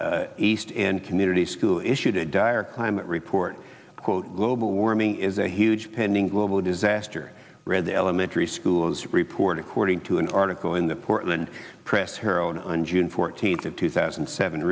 maine east and community school issued a dire climate report quote global warming is a huge pending global disaster read the elementary schools report according to an article in the portland press her own on june fourteenth of two thousand and seven